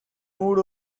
moved